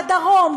בדרום,